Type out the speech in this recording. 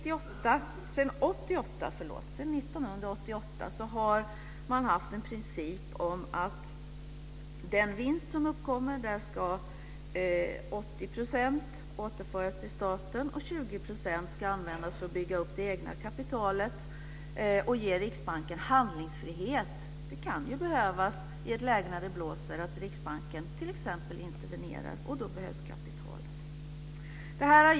Sedan 1988 har man haft en princip om att av den vinst som uppkommer ska 80 % återföras till staten, och 20 % ska användas för att bygga upp det egna kapitalet och ge Riksbanken handlingsfrihet. Det kan ju behövas i ett läge när det blåser att Riksbanken t.ex. intervenerar. Och då behövs det kapital.